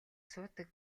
суудаг